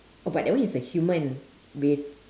oh but that one is a human with